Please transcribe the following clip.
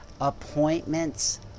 appointments